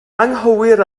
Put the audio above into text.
anghywir